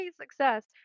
success